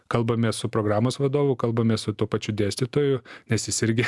kalbamės su programos vadovu kalbamės su tuo pačiu dėstytoju nes jis irgi